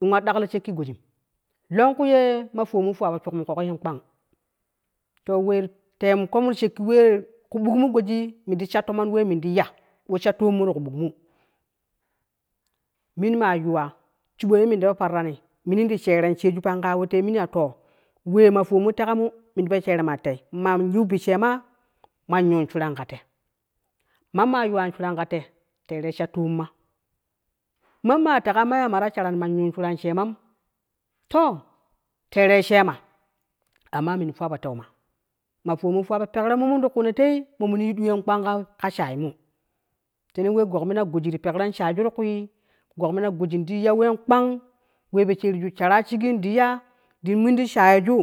Mo ma ɗaklo sheki gojin lonku ye ma fowon mu fuwa do shuk mu kogon kpang, to we ti teemokomu ti shekki we goji, ti shekki we men goji li ya we sha toomon, teemuko mu ti ku buk mu, men ma yuwa shebo ye men ta parreni mini ti sheron shiju pa ka tei lo we ma fowon mu tegamu min ta sheron tei ma yewu bi sheman, man yun shira ka tei man ma yuwa shira ka tei tere sha to ma, mamma tei ma mara sharari man yun shuranmu to tere shema amma men fuwa fo teima, ma fowonmu fuwa fo pekromu ti kuno tei, mo min yu ɗeyo kpang kan shayenmu te we guk mina goji ti peron shayeju, ti ku'u guk mina goji ti ya wen kpang we po shereju sharo shege in tu ye ti men ti shayeju,